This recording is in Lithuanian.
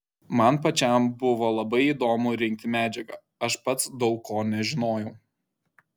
man pačiam buvo labai įdomu rinkti medžiagą aš pats daug ko nežinojau